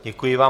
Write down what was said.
Děkuji vám.